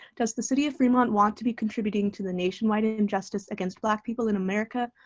does the city of fremont want to be contributing to the nationwide injustice against black people in america,